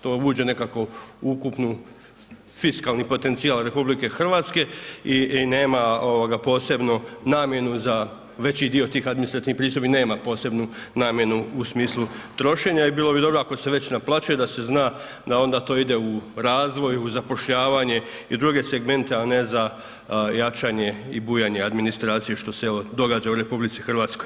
To vuče nekako ukupnu fiskalni potencijal RH i nema posebnu namjenu za veći dio tih administrativnih pristojbi nema posebnu namjenu u smislu trošenja i bilo bi dobro, ako se već naplaćuje da se zna da onda to ide u razvoj, u zapošljavanje i druge segmente, a ne za jačanje i bujanje administracije, što se, evo, događa u RH.